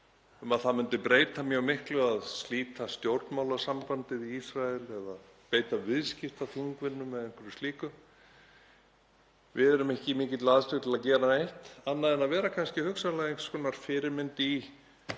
um að það myndi breyta mjög miklu að slíta stjórnmálasambandi við Ísrael eða beita viðskiptaþvingunum eða einhverju slíku. Við erum ekki í mikilli aðstöðu til að gera neitt annað en að vera kannski hugsanlega einhvers konar fyrirmynd í því